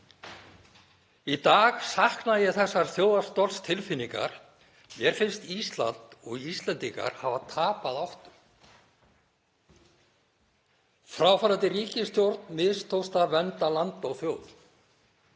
Í dag sakna ég þessarar þjóðarstoltstilfinningar. Mér finnst Ísland og Íslendingar hafa tapað áttum. Fráfarandi ríkisstjórn mistókst að vernda land og þjóð.